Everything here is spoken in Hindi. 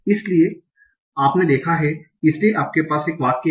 इसलिए आपने देखा हैं इसलिए आपके पास एक वाक्य है